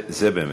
האמת,